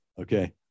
Okay